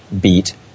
beat